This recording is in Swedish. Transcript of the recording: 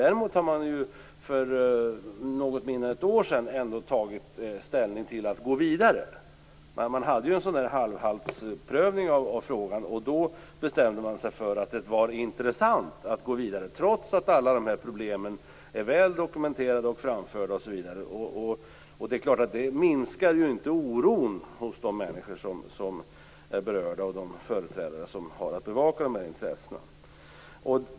Däremot har man för mindre än ett år sedan tagit ställning för att gå vidare. Det gjordes en halvhaltsprövning av frågan, då man bestämde sig för att det var intressant att gå vidare trots att alla de här problemen är väl dokumenterade och framförda etc. Detta minskar förstås inte oron hos de berörda människorna och de företrädare som har att bevaka de här intressena.